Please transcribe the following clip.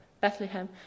Bethlehem